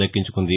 దక్కించుకుంది